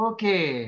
Okay